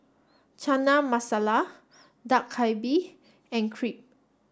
Chana Masala Dak Galbi and Crepe